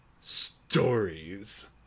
Stories